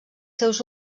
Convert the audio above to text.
seus